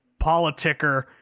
politicker